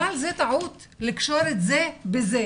אבל זה טעות לקשור את זה בזה.